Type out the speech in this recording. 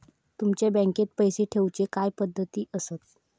तुमच्या बँकेत पैसे ठेऊचे काय पद्धती आसत?